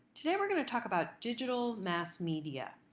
today we're going to talk about digital mass media,